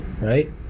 Right